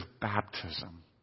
baptism